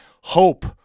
hope